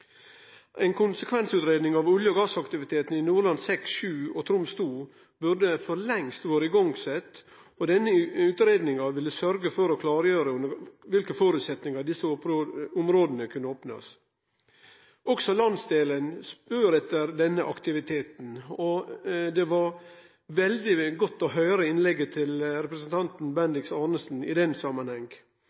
av olje- og gassaktiviteten i Nordland VI, Nordland VII og Troms II burde vore sett i gang for lengst, og denne utgreiinga ville sørgje for å klargjere under kva for føresetnader desse områda kunne bli opna. Også landsdelen spør etter denne aktiviteten, og det var veldig godt å høyre innlegget til representanten Bendiks H. Arnesen i den samanheng.